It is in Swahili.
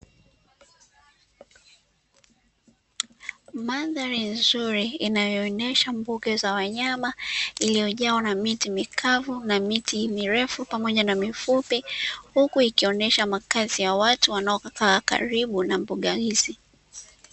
Mandhari nzuri inayoonesha mbuga za wanyama, iliyojawa na miti mikavu, na miti mirefu pamoja na mifupi, huku ikionesha makazi ya watu wanaokaa karibu na mbuga hizi.